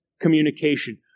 communication